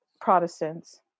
Protestants